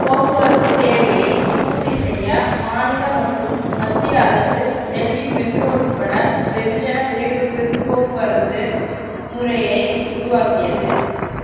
போக்குவரத்து தேவையைப் பூர்த்தி செய்ய மாநில மற்றும் மத்திய அரசு டெல்லி மெட்ரோ உட்பட வெகுஜன விரைவு பேக் போக்குவரத்து முறையை உருவாக்கியது